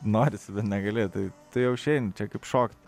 norisi negali ateit jau išeina čia kaip šokti